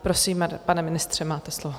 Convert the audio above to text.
Prosím, pane ministře, máte slovo.